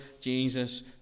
Jesus